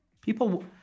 People